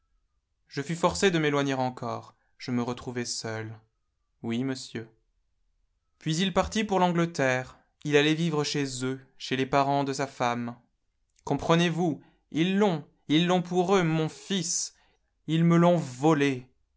je fus forcée de m'éloigner encore je me retrouvai seule oui monsieur puis il partit pour l'angleterre il allait vivre chez eux chez les parents de sa femme comprenez-vous ils l'ont ils l'ont pour eux mon fils ils me l'ont volé